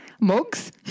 mugs